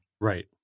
Right